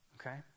okay